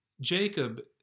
Jacob